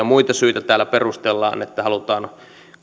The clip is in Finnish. muita syitä täällä perustellaan että halutaan